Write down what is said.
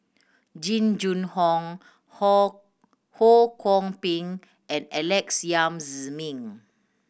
Jing Jun Hong Ho Ho Kwon Ping and Alex Yam Ziming